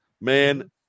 Man